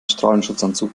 strahlenschutzanzug